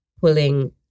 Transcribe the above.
pulling